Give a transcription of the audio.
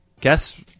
guess